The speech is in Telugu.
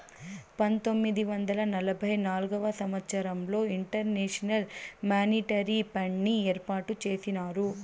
పంతొమ్మిది వందల నలభై నాల్గవ సంవచ్చరంలో ఇంటర్నేషనల్ మానిటరీ ఫండ్ని ఏర్పాటు చేసినారు